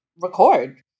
record